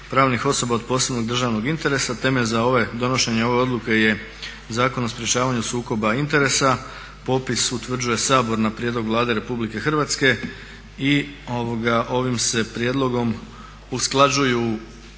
pravnih osoba od posebnog državnog interesa. Temelj za donošenje ove odluke je Zakon o sprečavanju sukoba interesa. Popis utvrđuje Sabor na prijedlog Vlade Republike Hrvatske i ovim se prijedlogom usklađuju